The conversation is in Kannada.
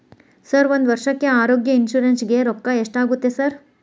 ಸರ್ ಒಂದು ವರ್ಷಕ್ಕೆ ಆರೋಗ್ಯ ಇನ್ಶೂರೆನ್ಸ್ ಗೇ ರೊಕ್ಕಾ ಎಷ್ಟಾಗುತ್ತೆ ಸರ್?